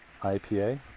IPA